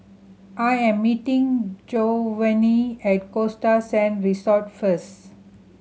I am meeting Jovanny at Costa Sand Resort first